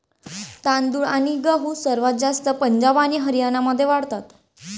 तांदूळ आणि गहू सर्वात जास्त पंजाब आणि हरियाणामध्ये वाढतात